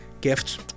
Gifts